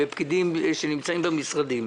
פקידים שנמצאים במשרדים,